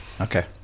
Okay